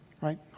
Right